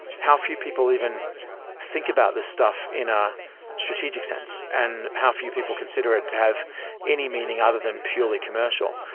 how few people even think about this stuff in a strategic sense and how few people consider it to have any meaning other than purely commercial.